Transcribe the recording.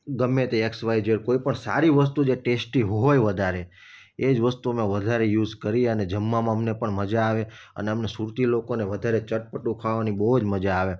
ગમે તે X Y Z કોઈ પણ સારી વસ્તુ જે ટેસ્ટી હોય વધારે એ જ વસ્તુ અમે વધારે યુઝ કરી અને જમવામાં અમને પણ મજા આવે અને અમને સુરતી લોકોને વધારે ચટપટુ ખાવાની બહુ જ મજા આવે